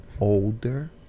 older